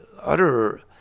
utter